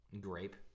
grape